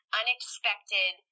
unexpected